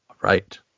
right